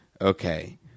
Okay